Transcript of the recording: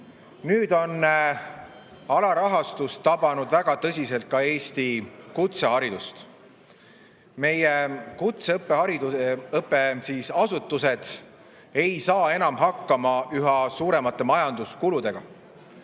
Nüüd on alarahastus tabanud väga tõsiselt ka Eesti kutseharidust. Meie kutseõppeasutused ei saa enam hakkama üha suuremate majanduskuludega.